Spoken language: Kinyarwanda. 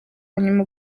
nyuma